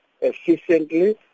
efficiently